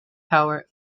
power